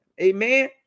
amen